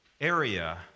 area